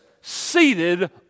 seated